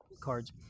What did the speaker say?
cards